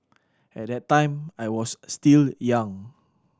at that time I was still young